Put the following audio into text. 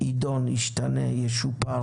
אם היא תידון, תשתנה ותשופר